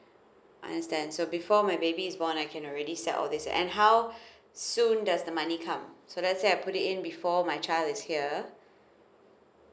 understand so before my baby is born I can already set all these and how soon does the money come so let's say I put in before my child is here